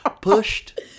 pushed